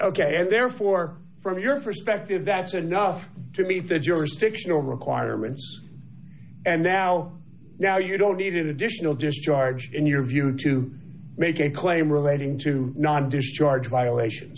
ok and therefore from your perspective that's enough to meet the jurisdictional requirements and now now you don't need additional discharge in your view to make a claim relating to not dish george violations